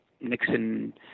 Nixon